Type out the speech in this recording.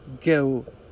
go